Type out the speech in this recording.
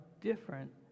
different